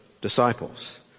disciples